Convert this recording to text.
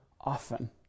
often